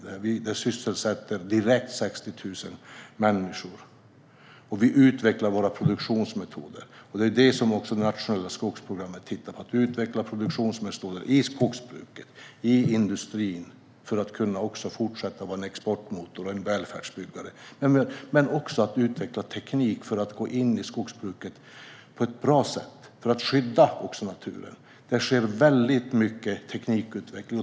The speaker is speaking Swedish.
Skogen sysselsätter direkt 60 000 människor. Vi utvecklar våra produktionsmetoder. Inom det nationella skogsprogrammet tittar man på att utveckla produktionsmetoder i skogsbruket och i industrin för att skogen ska kunna fortsätta vara en exportmotor och en välfärdsbyggare. Det handlar också om att utveckla bra teknik för att både bruka skogen och skydda naturen. Det sker väldigt mycket teknikutveckling.